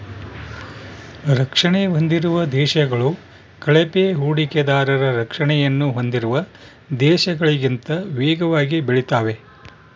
ರಕ್ಷಣೆ ಹೊಂದಿರುವ ದೇಶಗಳು ಕಳಪೆ ಹೂಡಿಕೆದಾರರ ರಕ್ಷಣೆಯನ್ನು ಹೊಂದಿರುವ ದೇಶಗಳಿಗಿಂತ ವೇಗವಾಗಿ ಬೆಳೆತಾವೆ